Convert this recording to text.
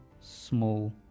small